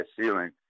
ceiling